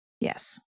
Yes